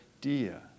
dear